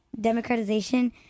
democratization